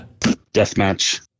Deathmatch